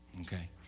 okay